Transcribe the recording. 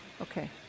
Okay